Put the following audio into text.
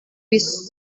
bis